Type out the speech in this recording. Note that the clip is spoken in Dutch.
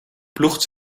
ploegt